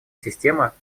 система